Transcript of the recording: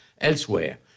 elsewhere